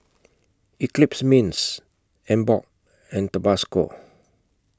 Eclipse Mints Emborg and Tabasco